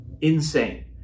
insane